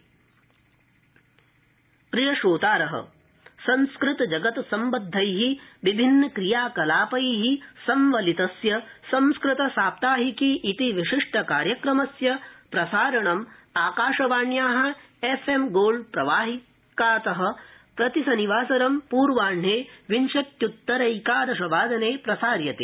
संस्कृतसाप्ताहिकी प्रियश्रोतार संस्कृतजगत्सम्बद्धै विभिन्न क्रियाकलापै संवलितस्य संस्कृत साप्ताहिकी इति विशिष्ट कार्यक्रमस्य प्रसारणम् आकाशवाण्या एफ्एम्गोल्ड् प्रवाहिकात प्रतिशनिवासरं पूर्वाहि विंशत्युत्तरैकादशवादने प्रसार्यते